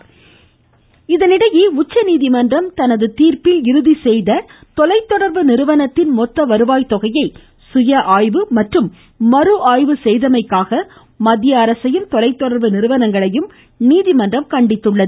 ம் ம் ம் ம் ம் ம உச்சநீதிமன்றம் தொலைதொடர்பு இதனிடையே உச்சநீதிமன்றம் தனது தீர்ப்பில் இறுதி செய்த தொலை தொடர்பு நிறுவனத்தின் மொத்த வருவாய் தொகையை சுய ஆய்வு மற்றும் மறு ஆய்வு செய்தமைக்காக மத்திய அரசையும் தொலைதொடர்பு நிறுவனங்களையும் நீதிமன்றம் கண்டித்துள்ளது